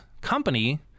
company